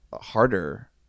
harder